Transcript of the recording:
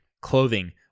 clothing